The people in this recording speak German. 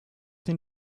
den